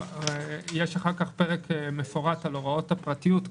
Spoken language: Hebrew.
יש אחר כך פרק מפורט על הוראות הפרטיות.